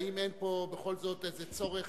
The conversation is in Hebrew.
האם אין פה בכל זאת איזה צורך,